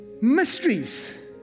Mysteries